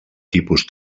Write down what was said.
tipus